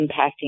impacting